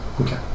Okay